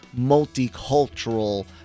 multicultural